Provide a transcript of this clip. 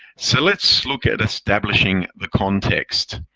so let's look at establishing the context,